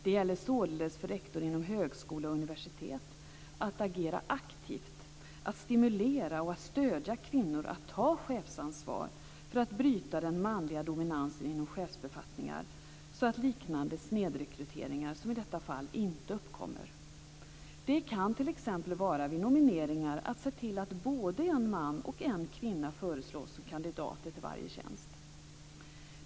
Det gäller således för rektor inom högskola och universitet att agera aktivt, att stimulera och att stödja kvinnor att ta chefsansvar för att bryta den manliga dominansen inom chefsbefattningar, så att liknande snedrekryteringar, som i detta fall, inte uppkommer. Det kan t.ex. vid nomineringar handla om att se till att både en man och en kvinna föreslås som kandidater till varje tjänst.